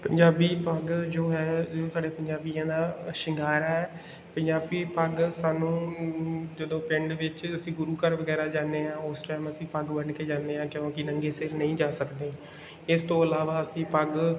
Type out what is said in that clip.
ਪੰਜਾਬੀ ਪੱਗ ਜੋ ਹੈ ਇਹ ਸਾਡੇ ਪੰਜਾਬੀਆਂ ਦਾ ਸ਼ਿੰਗਾਰ ਹੈ ਪੰਜਾਬੀ ਪੱਗ ਸਾਨੂੰ ਜਦੋਂ ਪਿੰਡ ਵਿੱਚ ਅਸੀਂ ਗੁਰੂ ਘਰ ਵਗੈਰਾ ਜਾਂਦੇ ਹਾਂ ਉਸ ਟਾਈਮ ਅਸੀਂ ਪੱਗ ਬੰਨ੍ਹ ਕੇ ਜਾਂਦੇ ਹਾਂ ਕਿਉਂਕਿ ਨੰਗੇ ਸਿਰ ਨਹੀਂ ਜਾ ਸਕਦੇ ਇਸ ਤੋਂ ਇਲਾਵਾ ਅਸੀਂ ਪੱਗ